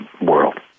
world